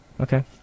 Okay